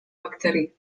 bakterii